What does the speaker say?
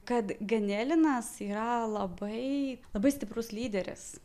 kad ganelinas yra labai labai stiprus lyderis